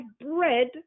bread